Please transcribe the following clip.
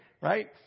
right